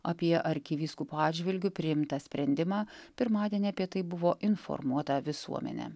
apie arkivyskupo atžvilgiu priimtą sprendimą pirmadienį apie tai buvo informuota visuomenė